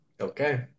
Okay